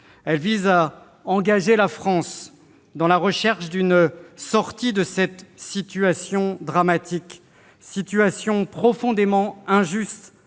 Elle vise à engager la France dans la recherche d'une sortie de cette situation dramatique, une situation profondément injuste